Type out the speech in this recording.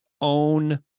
own